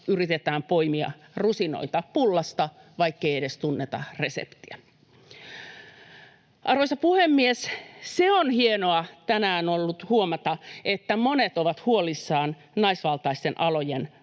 yritetään poimia rusinoita pullasta, vaikkei edes tunneta reseptiä. Arvoisa puhemies! Se on ollut hienoa tänään huomata, että monet ovat huolissaan naisvaltaisten alojen